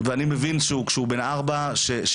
ואני מבין, כשהוא בן 4, שהוא